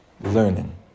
Learning